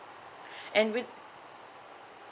and with